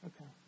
Okay